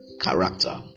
character